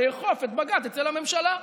לאכוף את בג"ץ אצל הממשלה.